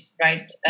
right